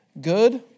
good